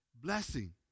blessing